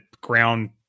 Ground